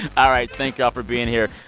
all right. thank y'all for being here.